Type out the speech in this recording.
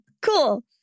Cool